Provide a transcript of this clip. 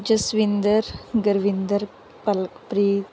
Jaswinder Gurvinder Palakpreet